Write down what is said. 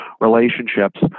relationships